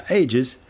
ages